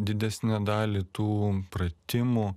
didesnę dalį tų pratimų